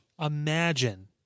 imagine